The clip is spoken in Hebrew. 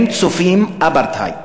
הם צופים אפרטהייד.